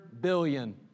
billion